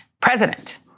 president